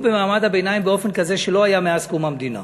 במעמד הביניים באופן כזה שלא היה מאז קום המדינה.